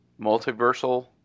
multiversal